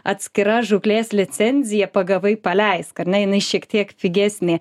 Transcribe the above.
atskira žūklės licenzija pagavai paleisk ar ne jinai šiek tiek pigesnė